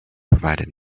provided